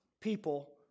people